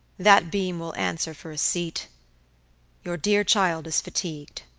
that beam will answer for a seat your dear child is fatigued